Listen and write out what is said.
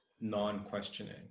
non-questioning